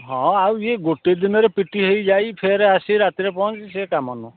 ହଁ ଆଉ ଏଇ ଗୋଟିଏ ଦିନରେ ପିଟି ହେଇ ଯାଇ ଫେରେ ଆସି ରାତିରେ ପହଞ୍ଚି ସିଏ କାମ ନୁହଁ